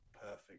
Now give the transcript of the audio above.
perfect